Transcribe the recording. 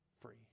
free